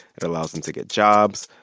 it allows them to get jobs.